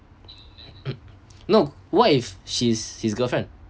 no what if she's his girlfriend